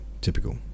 typical